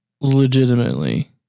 Legitimately